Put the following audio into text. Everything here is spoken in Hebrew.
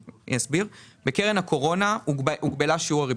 בקרן הקורונה הוגבל שיעור הריבית,